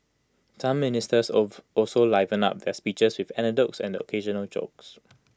some ministers also livened up their speeches with anecdotes and the occasional joke